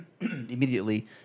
immediately